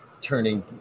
turning